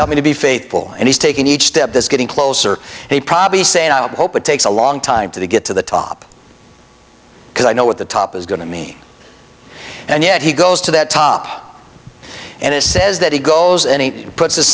help me to be faithful and he's taking each step this getting closer he probably saying i hope it takes a long time to get to the top because i know what the top is going to me and yet he goes to that top and it says that he goes any puts his